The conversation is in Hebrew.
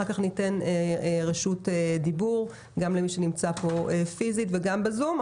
אחר כך ניתן רשות דיבור גם למי שנמצא פה פיזית וגם בזום.